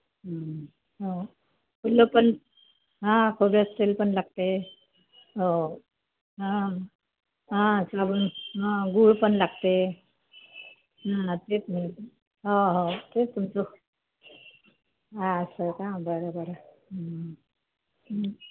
हं हो खुल्लं पण हां खोबऱ्याचं तेल पण लागते हो हां हां साबण हां गुळ पण लागते हां तेच हो हो तेच तुमचं असं का बरं बरं हं हं